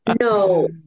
No